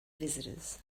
visitors